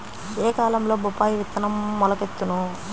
ఏ కాలంలో బొప్పాయి విత్తనం మొలకెత్తును?